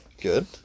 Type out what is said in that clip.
Good